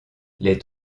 les